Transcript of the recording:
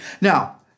Now